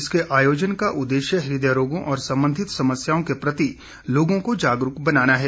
इसके आयोजना का उद्देश्य हृदय रोगों और संबंधित समस्याओं के प्रति लोगों को जागरूक बनाना है